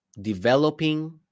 Developing